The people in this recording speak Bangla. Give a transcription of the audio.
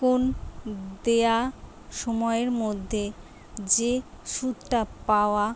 কোন দেওয়া সময়ের মধ্যে যে সুধটা পাওয়া